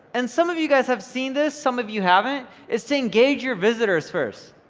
and some of you guys have seen this, some of you haven't, is to engage your visitors first,